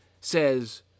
says